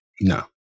no